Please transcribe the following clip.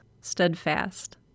steadfast